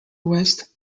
west